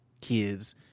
kids